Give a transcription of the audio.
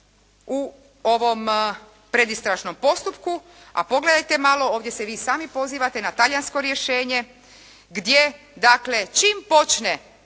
u ovom predistražnom postupku, a pogledajte malo, ovdje se vi sami pozivate na talijansko rješenje gdje, dakle čim počne